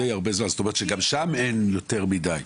זאת אומרת שגם שם אין יותר מדי.